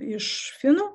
iš finų